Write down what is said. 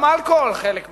גם אלכוהול הוא חלק מהתל"ג,